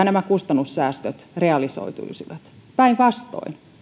nämä kustannussäästöt realisoituisivat päinvastoin